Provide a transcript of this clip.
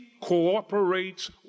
cooperates